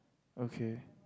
okay